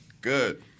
Good